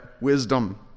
wisdom